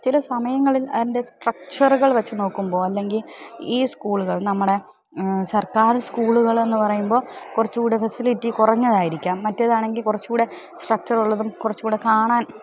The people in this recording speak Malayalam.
ചില സമയങ്ങളിൽ അതിൻ്റെ സ്ട്രക്ച്ചറുകൾ വച്ചു നോക്കുമ്പോൾ അല്ലെങ്കിൽ ഈ സ്കൂളുകൾ നമ്മടെ സർക്കാർ സ്കൂളുകളെന്ന് പറയുമ്പോൾ കുറച്ചു കൂടെ ഫെസിലിറ്റി കുറഞ്ഞതായിരിക്കാം മറ്റേതാണെങ്കിൽ കുറച്ചു കൂടെ സ്ട്രക്ച്ചറുള്ളതും കുറച്ചു കൂടെ കാണാൻ